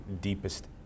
deepest